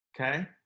okay